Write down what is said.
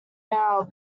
now